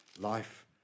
life